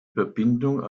verbindung